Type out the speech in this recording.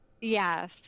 Yes